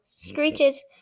screeches